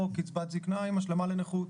או קצבת זקנה עם השלמה לנכות.